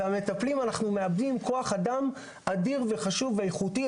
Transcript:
אנחנו מאבדים כוח אדם אדיר, חשוב ואיכותי.